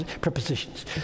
prepositions